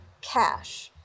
cash